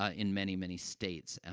ah in many, many states. ah,